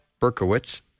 Berkowitz